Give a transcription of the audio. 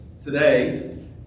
today